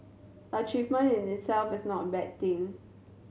achievement in itself is not a bad thing